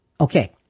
Okay